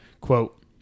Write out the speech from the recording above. Quote